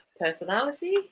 personality